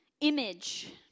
Image